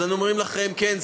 אז אנחנו אומרים לכם: כן,